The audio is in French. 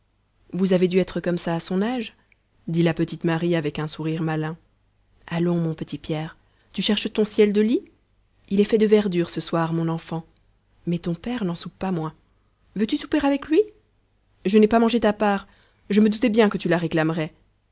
vous avez dû être comme ça à son âge dit la petite marie avec un sourire malin allons mon petit pierre tu cherches ton ciel de lit il est fait de verdure ce soir mon enfant mais ton père n'en soupe pas moins veux-tu souper avec lui je n'ai pas mangé ta part je me doutais bien que tu la réclamerais